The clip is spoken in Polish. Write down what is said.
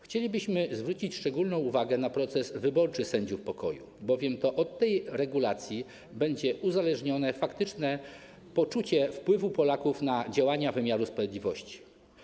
Chcielibyśmy zwrócić szczególną uwagę na proces wyborczy, jeśli chodzi o sędziów pokoju, bowiem to od tej regulacji będzie uzależnione faktyczne poczucie wpływu Polaków na działania wymiaru sprawiedliwości.